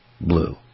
Blue